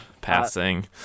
passing